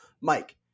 Mike